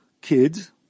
kids